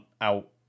out